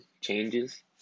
changes